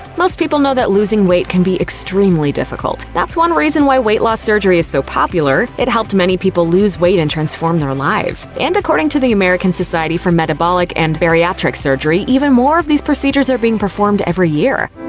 most people know that losing weight can be extremely difficult. that's one reason why weight loss surgery is so popular, it helped many people lose weight and transform their lives. and according to the american society for metabolic and bariatric surgery, even more of these procedures are being performed every year.